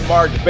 Mark